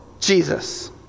Jesus